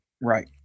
Right